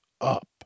up